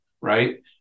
right